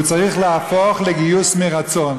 והוא צריך להפוך לגיוס מרצון.